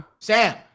Sam